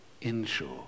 Inshore